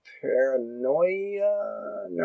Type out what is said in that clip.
Paranoia